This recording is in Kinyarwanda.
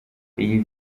iyi